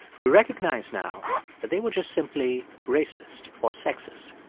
we recognize now that they were just simply racist or sexist.